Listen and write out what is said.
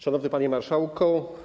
Szanowny Panie Marszałku!